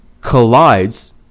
collides